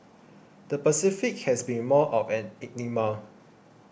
the Pacific has been more of an enigma